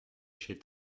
chez